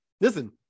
Listen